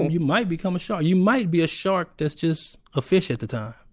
and you might become a shark you might be a shark that's just a fish at the time